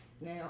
Now